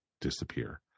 disappear